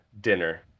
dinner